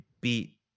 beat